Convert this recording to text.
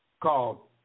called